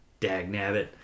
Dagnabbit